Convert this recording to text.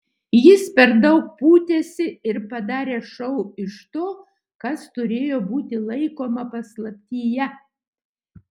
jis per daug pūtėsi ir padarė šou iš to kas turėjo būti laikoma paslaptyje